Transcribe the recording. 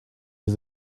his